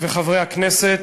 וחברי הכנסת,